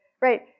right